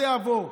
זה יעבור,